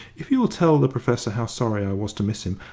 if you will tell the professor how sorry i was to miss him,